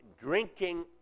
drinking